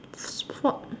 sport